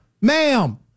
Ma'am